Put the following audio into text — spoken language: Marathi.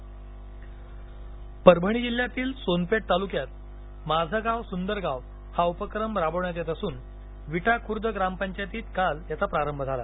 परभणी परभणी जिल्ह्यातील सोनपेठ तालुक्यात माझा गाव सुंदर गाव उपक्रम राबवण्यात येत असून विटा खुर्द ग्रामपंचायतीत काल याचा प्रारंभ झाला